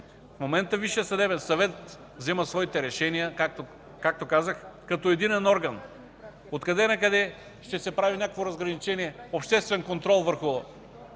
В момента Висшият съдебен съвет взима своите решения, както казах, като единен орган. От къде накъде ще се прави някакво разграничение – само обществен контрол върху